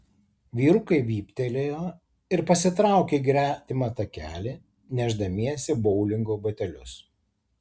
vyrukai vyptelėjo ir pasitraukė į gretimą takelį nešdamiesi boulingo batelius